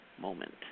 moment